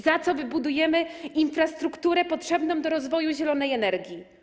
Za co wybudujemy infrastrukturę potrzebną do rozwoju zielonej energii?